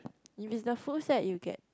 if is the full set you get